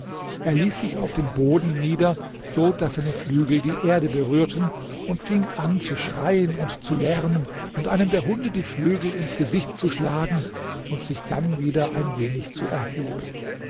er ließ sich auf den boden nieder so daß seine flügel die erde berührten und fing an zu schreien und zu lärmen und einem der hunde die flügel ins gesicht zu schlagen und sich dann wieder ein wenig zu erheben